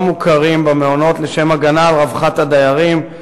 מוכרים במעונות לשם הגנה על רווחת הדיירים,